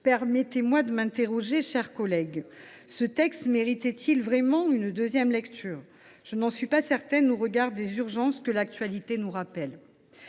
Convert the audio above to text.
Permettez moi de m’interroger, mes chers collègues : ce texte méritait il vraiment une deuxième lecture ? Je n’en suis pas certaine, au regard des urgences que l’actualité nous rappelle.